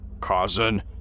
Cousin